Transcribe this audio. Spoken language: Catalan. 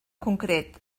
concret